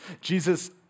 Jesus